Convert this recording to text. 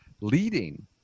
leading